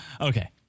Okay